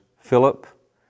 Philip